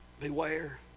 Beware